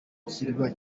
ikirwa